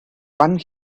one